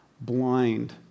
blind